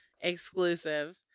Exclusive